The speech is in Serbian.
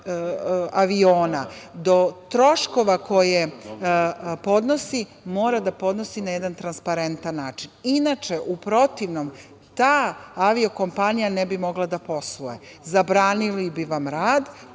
aviona do troškova koje podnosi, mora da podnosi na jedan transparentan način. Inače, u protivnom, ta avio-kompanija ne bi mogla da posluje. Zabranili bi vam rad.